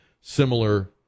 similar